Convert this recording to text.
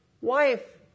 wife